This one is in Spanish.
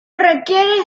requiere